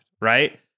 right